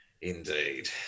Indeed